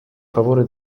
favore